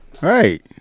Right